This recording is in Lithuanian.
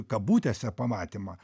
kabutėse pamatymą